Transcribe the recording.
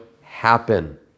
happen